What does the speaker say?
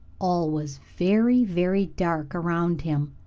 all was very, very dark around him.